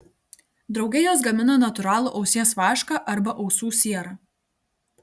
drauge jos gamina natūralų ausies vašką arba ausų sierą